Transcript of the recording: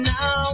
Now